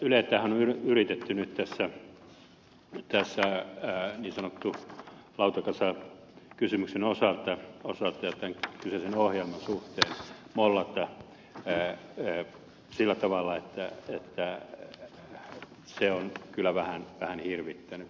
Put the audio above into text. yleähän on yritetty nyt tässä niin sanotun lautakasakysymyksen osalta ja tämän kyseisen ohjelman suhteen mollata sillä tavalla että se on kyllä vähän hirvittänyt